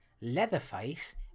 Leatherface